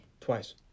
Twice